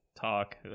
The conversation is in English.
talk